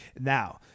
Now